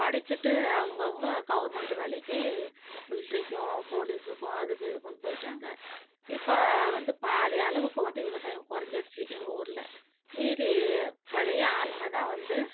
படித்திட்டு அவங்கவங்க கவர்மெண்ட் வேலைக்கு மிலிட்ரிக்கும் போலீஸுக்கும் அதுக்கும் இதுக்கும் போயிட்டாங்க இப்போ வந்து பாதி அளவுக்கு வந்து விவசாயம் குறைஞ்சிடுச்சி எங்கள் ஊரில் மீதி பழைய ஆளுங்கதான் வந்து